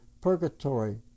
purgatory